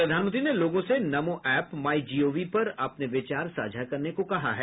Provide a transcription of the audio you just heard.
प्रधानमंत्री ने लोगों से नमो ऐप माइ जीओवी पर अपने विचार साझा करने को कहा है